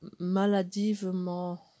maladivement